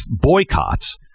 boycotts